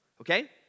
Okay